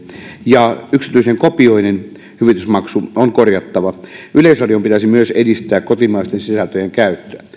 ja yksityisen kopioinnin hyvitysmaksu on korjattava myös yleisradion pitäisi edistää kotimaisten sisältöjen käyttöä